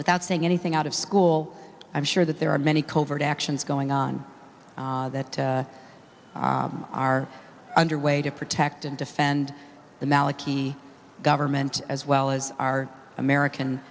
without saying anything out of school i'm sure that there are many covert actions going on that are under way to protect and defend the maliki government as well as our american